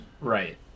Right